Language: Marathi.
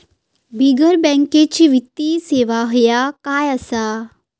बिगर बँकेची वित्तीय सेवा ह्या काय असा?